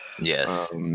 yes